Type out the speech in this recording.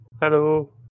Hello